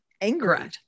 angry